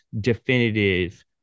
definitive